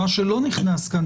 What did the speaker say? מה שלא נכנס פה,